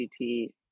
GPT